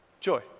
joy